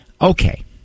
okay